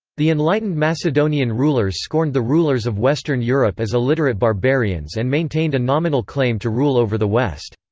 the enlightened macedonian rulers scorned the rulers of western europe as illiterate barbarians and maintained a nominal claim to rule over the west.